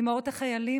אימהות החיילים,